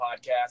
Podcast